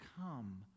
come